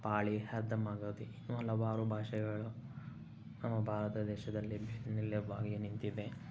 ಹಾಲಿ ಅರ್ಧ ಮಂಗತಿ ಇನ್ನು ಹಲವಾರು ಭಾಷೆಗಳು ನಮ್ಮ ಭಾರತ ದೇಶದಲ್ಲಿ ಬೆನ್ನೆಲುಬಾಗಿ ನಿಂತಿವೆ